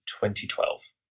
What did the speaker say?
2012